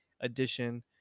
edition